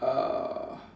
uh